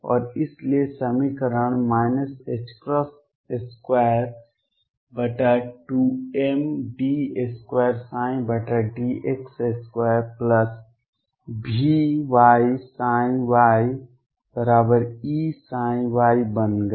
और इसलिए समीकरण 22md2dx2VyyEψy बन गया